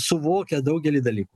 suvokia daugelį dalyk